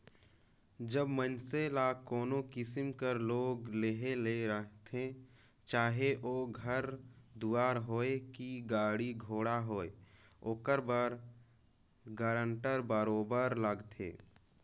जब मइनसे ल कोनो किसिम कर लोन लेहे ले रहथे चाहे ओ घर दुवार होए कि गाड़ी घोड़ा होए ओकर बर गारंटर बरोबेर लागथे